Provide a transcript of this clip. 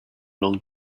long